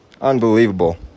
Unbelievable